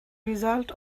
result